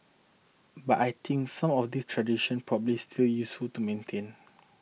but I think some of these tradition probably still useful to maintain